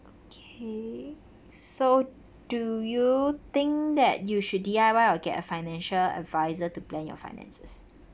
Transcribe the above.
okay so do you think that you should D_I_Y or get a financial adviser to plan your finances